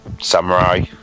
samurai